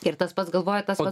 ir tas pats galvoja tas vat